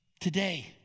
Today